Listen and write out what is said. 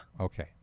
Okay